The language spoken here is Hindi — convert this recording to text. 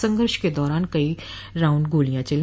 संघर्ष के दौरान कई राउंड गोलियां चली